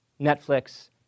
Netflix